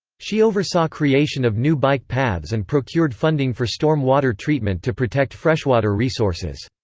she oversaw creation of new bike paths and procured funding for storm-water treatment to protect freshwater resources.